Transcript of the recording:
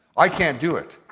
i can't do it.